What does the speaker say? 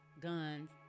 guns